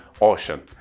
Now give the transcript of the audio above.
ocean